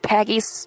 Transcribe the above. Peggy's